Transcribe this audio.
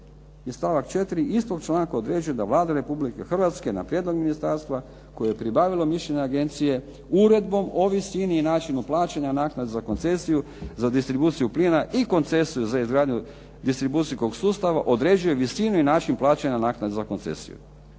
I stavak 4. istog članka određuje da Vlada Republike Hrvatske na prijedlog ministarstva koje je pribavilo mišljenje agencije Uredbom o visini i načinu plaćanja naknade za koncesiju za distribuciju plina i koncesiju za izgradnju distribucijskog sustava određuje visinu i način plaćanja naknade za koncesiju.